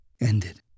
Ended